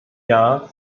jahr